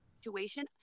situation